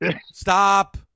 Stop